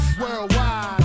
Worldwide